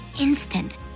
instant